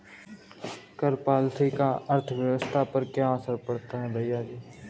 कर पॉलिसी का अर्थव्यवस्था पर क्या असर पड़ता है, भैयाजी?